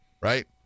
right